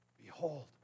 Behold